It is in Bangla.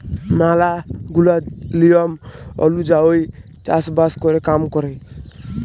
ম্যালা গুলা লিয়ম ওলুজায়ই চাষ বাস ক্যরে কাম ক্যরে